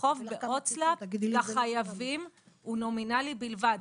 החוב בהוצאה לפועל לחייבים הוא נומינלי בלבד,